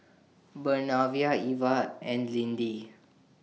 Bernardine Iva and Lindy